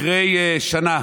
אחרי שנה